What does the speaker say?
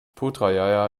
putrajaya